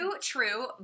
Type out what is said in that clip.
true